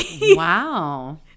Wow